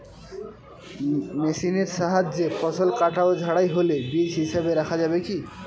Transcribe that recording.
মেশিনের সাহায্যে ফসল কাটা ও ঝাড়াই হলে বীজ হিসাবে রাখা যাবে কি?